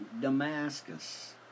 Damascus